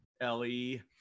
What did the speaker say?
Ellie